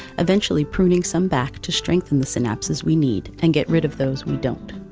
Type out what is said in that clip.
eventually pruning some back to strengthen the synapses we need and get rid of those we don't.